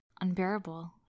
unbearable